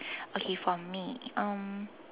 okay for me um